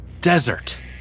desert